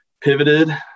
pivoted